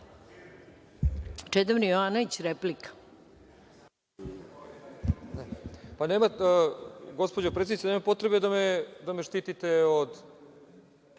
Čedomir Jovanović, replika.